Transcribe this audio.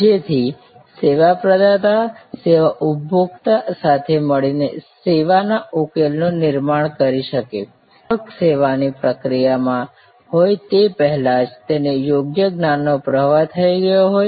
જેથી સેવા પ્રદાતા સેવા ઉપભોક્તા સાથે મળીને સેવા ના ઉકેલ નું નિર્માણ કરી શકે જેથી ગ્રાહક સેવાની પ્રક્રિયામાં હોય તે પહેલાં જ તેને યોગ્ય જ્ઞાનનો પ્રવાહ થઈ ગયો હોય